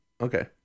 Okay